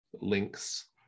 links